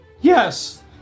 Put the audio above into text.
Yes